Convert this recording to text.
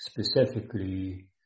specifically